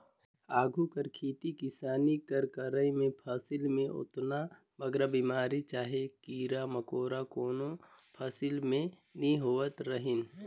आघु कर खेती किसानी कर करई में फसिल में ओतना बगरा बेमारी चहे कीरा मकोरा कोनो फसिल में नी होवत रहिन